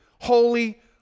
holy